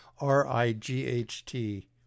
R-I-G-H-T